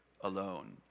alone